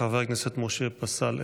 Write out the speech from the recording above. חבר הכנסת משה פסל,